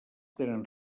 tenen